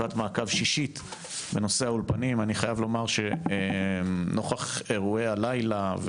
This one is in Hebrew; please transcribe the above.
ישיבת מעקב 6. אני חייב לומר שנוכח אירועי הלילה,